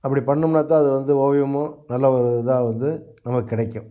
அப்படி பண்ணோம்னால் தான் அதுவந்து ஓவியமும் நல்ல ஒரு இதாக வந்து நமக்கு கிடைக்கும்